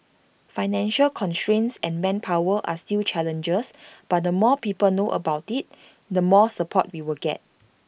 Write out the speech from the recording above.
financial constraints and manpower are still challenges but the more people know about IT the more support we will get